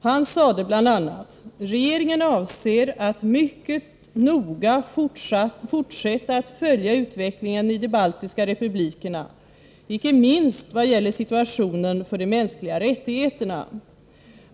Han sade bl.a.: ”Regeringen avser att mycket noga fortsätta att följa utvecklingen i de baltiska republikerna, icke minst vad gäller situationen för de mänskliga rättigheterna.